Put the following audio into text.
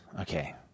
Okay